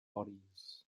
bodies